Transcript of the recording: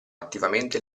attivamente